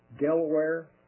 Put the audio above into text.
Delaware